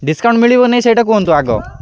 discount ମିଳିବ କି ନାଇଁ ସେଇଟା କୁହନ୍ତୁ ଆଗ